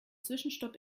zwischenstopp